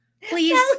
Please